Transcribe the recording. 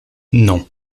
non